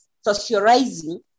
socializing